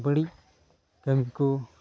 ᱵᱟᱹᱲᱤᱡ ᱠᱟᱹᱢᱤ ᱠᱚ